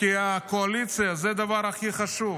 כי הקואליציה, זה הדבר הכי חשוב.